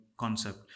concept